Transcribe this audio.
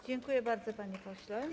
Dziękuję bardzo, panie pośle.